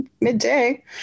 midday